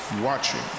watching